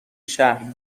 شهر